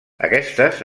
aquestes